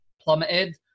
plummeted